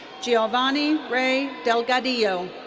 giovanni ray delgadillo.